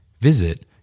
Visit